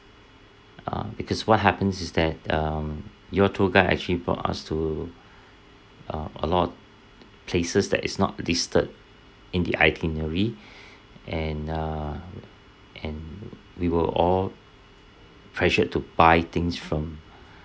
uh because what happens is that um your tour guide actually brought us to uh a lot places that is not listed in the itinerary and uh and we were all pressured to buy things from